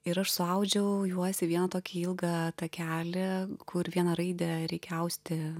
ir aš suaudžiau juos į vieną tokį ilgą takelį kur vieną raidę reikia austi